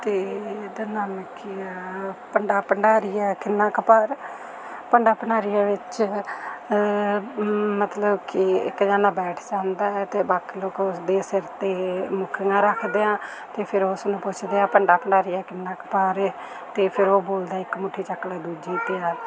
ਅਤੇ ਉਹਦਾ ਨਾਮ ਕੀ ਹੈ ਭੰਡਾ ਭੰਡਾਰੀਆ ਕਿੰਨਾ ਕੁ ਭਾਰ ਭੰਡਾ ਭੰਡਾਰੀਆ ਵਿੱਚ ਮਤਲਬ ਕਿ ਇੱਕ ਜਣਾ ਬੈਠ ਜਾਂਦਾ ਹੈ ਅਤੇ ਬਾਕੀ ਲੋਕ ਉਸਦੇ ਸਿਰ 'ਤੇ ਮੁੱਕੀਆਂ ਰੱਖਦੇ ਆ ਅਤੇ ਫਿਰ ਓਸਨੂੰ ਪੁੱਛਦੇ ਆ ਭੰਡਾ ਭੰਡਾਰੀਆ ਕਿੰਨਾ ਕੁ ਭਾਰ ਹੈ ਅਤੇ ਫਿਰ ਉਹ ਬੋਲਦਾ ਹੈ ਇੱਕ ਮੁੱਠੀ ਚੱਕ ਲੈ ਦੂਜੀ ਤਿਆਰ